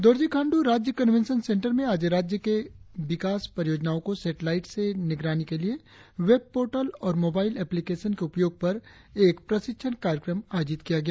दोरजी खांडू राज्य convention centre में आज राज्य में विकास परियोजनाओं को सेटेलाईट से निगरानी के लिए वेब पोर्टल और मोबाईल एप्लीकेशन के उपयोग पर एक प्रशिक्षण कार्यक्रम आयोजित किया गया